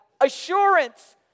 assurance